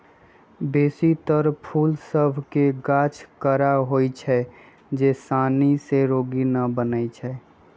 बेशी तर फूल सभ के गाछ कड़ा होइ छै जे सानी से रोगी न बनै छइ